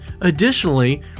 Additionally